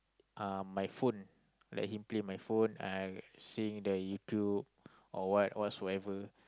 uh my phone let him play my phone uh seeing the YouTube or what whatsoever